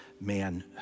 man